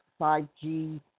5G